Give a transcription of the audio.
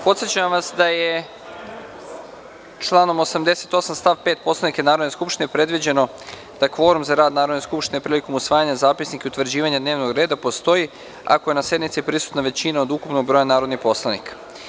Podsećam vas da je članom 88. stav 5. Poslovnika Narodne skupštine predviđeno da kvorum za rad Narodne skupštine prilikom usvajanja zapisnika i utvrđivanja dnevnog reda postoji ako je na sednici prisutna većina od ukupnog broja narodnih poslanika.